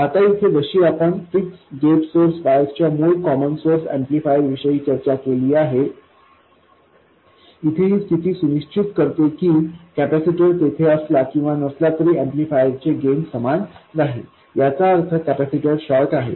आता इथे जशी आपण फिक्स गेट सोर्स बायस च्या मूळ कॉमन सोर्स ऍम्प्लिफायर विषयी चर्चा केली आहे इथे ही स्थिती सुनिश्चित करते की कॅपेसिटर तेथे असला किंवा नसला तरी एम्पलीफायर चे गेन समान राहील याचा अर्थ कॅपेसिटर शॉर्ट आहे